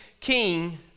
king